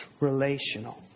relational